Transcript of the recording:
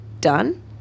done